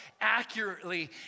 accurately